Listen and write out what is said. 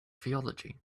theology